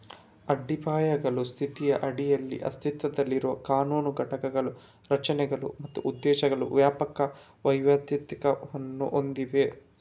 ಅಡಿಪಾಯಗಳ ಸ್ಥಿತಿಯ ಅಡಿಯಲ್ಲಿ ಅಸ್ತಿತ್ವದಲ್ಲಿರುವ ಕಾನೂನು ಘಟಕಗಳು ರಚನೆಗಳು ಮತ್ತು ಉದ್ದೇಶಗಳ ವ್ಯಾಪಕ ವೈವಿಧ್ಯತೆಯನ್ನು ಹೊಂದಿವೆ